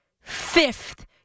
Fifth